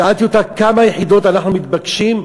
שאלתי: כמה יחידות אנחנו מתבקשים,